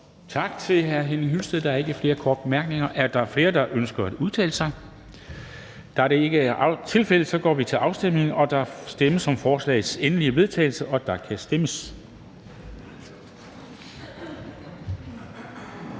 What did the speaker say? Tak til hr. Henning Hyllested. Der er ikke flere korte bemærkninger. Er der flere, der ønsker at udtale sig? Da det ikke er tilfældet, går vi til afstemning. Kl. 10:14 Afstemning Formanden (Henrik Dam Kristensen): Der stemmes